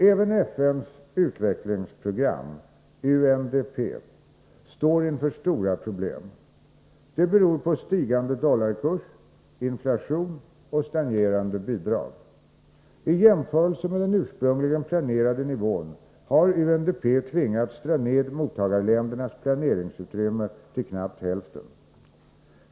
Även FN:s utvecklingsprogram står inför stora problem. De beror på stigande dollarkurs, inflation och stagnerande bidrag. I jämförelse med den ursprungligen planerade nivån har UNDP tvingats dra ned mottagarländernas planeringsutrymme till knappt hälften.